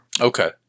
Okay